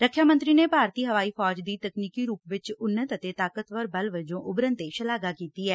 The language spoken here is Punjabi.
ਰੱਖਿਆ ਮੰਤਰੀ ਨੇ ਭਾਰਤੀ ਹਵਾਈ ਫੌਜ ਦੀ ਤਕਨੀਕੀ ਰੁਪ ਚ ਉੱਨਤ ਅਤੇ ਤਾਕਤਵਰ ਬਲ ਵਜੋਂ ਉਤਰਨ ਤੇ ਸ਼ਾਲਾਘਾ ਕੀਤੀ ਐ